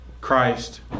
Christ